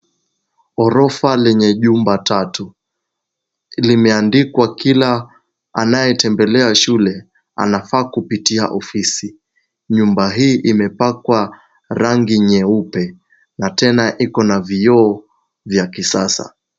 Ghorofa lenye jumba tatu. Limeandikwa kila anayetembelea shule anafaa kupitia ofisi. Nyumba hii imepakwa rangi nyeupe na tena iko na vioo vya kisasa.